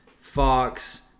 Fox